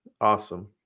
Awesome